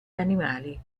animali